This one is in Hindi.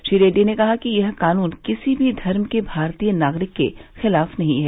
श्री रेड्डी ने कहा कि यह कानून किसी भी धर्म के भारतीय नागरिक के खिलाफ नहीं है